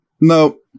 Nope